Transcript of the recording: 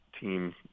team